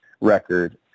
record